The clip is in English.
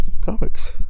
comics